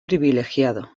privilegiado